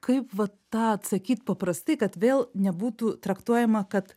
kaip va tą atsakyt paprastai kad vėl nebūtų traktuojama kad